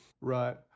right